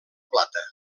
plata